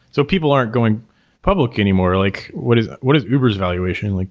so people aren't going public anymore. like what is what is uber s evaluation? like